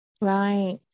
Right